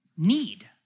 need